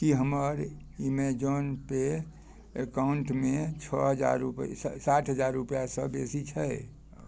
कि हमर एमेजॉन पे एकाउण्टमे छओ हजार रुपैआ साठि हजार रुपैआसँ बेसी छै